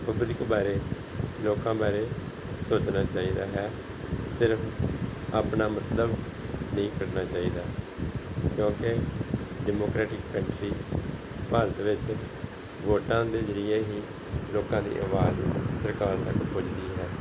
public ਬਾਰੇ ਲੋਕਾਂ ਬਾਰੇ ਸੋਚਣਾ ਚਾਹੀਦਾ ਹੈ ਸਿਰਫ਼ ਆਪਣਾ ਮਤਲਬ ਨਹੀਂ ਕੱਢਣਾ ਚਾਹੀਦਾ ਕਿਉਂਕਿ ਡੈਮੋਕਰੇਟਿਕ ਕੰਟਰੀ ਭਾਰਤ ਵਿੱਚ ਵੋਟਾਂ ਦੇ ਜ਼ਰੀਏ ਹੀ ਲੋਕਾਂ ਦੀ ਆਵਾਜ਼ ਸਰਕਾਰ ਤੱਕ ਪੁੱਜਦੀ ਹੈ